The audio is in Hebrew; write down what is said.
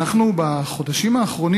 בחודשים האחרונים,